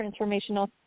transformational